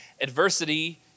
Adversity